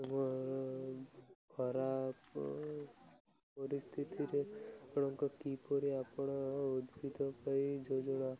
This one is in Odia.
ଆମ ଖରାପ ପରିସ୍ଥିତିରେ ଆପଣଙ୍କ କିପରି ଆପଣ ଉଦ୍ଭିଦ ପାଇଁ ଯୋଜନା